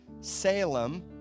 Salem